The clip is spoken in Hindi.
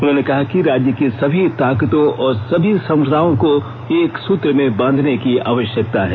उन्होंने कहा कि राज्य की समी ताकतों और सभी क्षमताओं को एक सूत्र में बांधने की आवश्यकता है